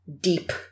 deep